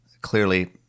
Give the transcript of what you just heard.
clearly